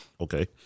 Okay